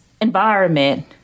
environment